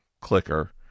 clicker